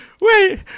Wait